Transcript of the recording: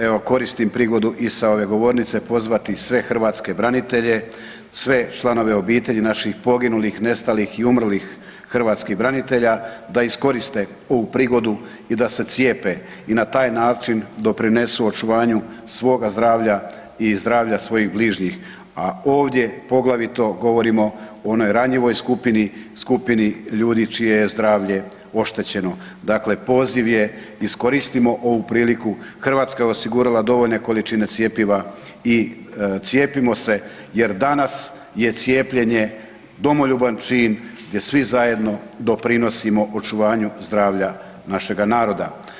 Evo koristim prigodu i sa ove govornice pozvati sve hrvatske branitelje, sve članove obitelji naših poginulih, nestalih i umrlih hrvatskih branitelja da iskoriste ovu prigodu i da se cijepe i na taj način doprinesu očuvanju svoga zdravlja i zdravlja svojih bližnjih a ovdje poglavito govorimo o onoj ranjivoj skupini, skupini ljudi čije je zdravlje oštećeno, dakle poziv je iskoristimo ovu priliku, Hrvatska je osigurala dovoljne količine cjepiva i cijepimo se jer danas je cijepljenje domoljuban čin i svi zajedno doprinosimo očuvanju zdravlja našega naroda.